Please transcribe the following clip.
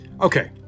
Okay